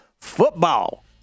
Football